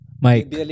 Mike